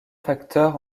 facteurs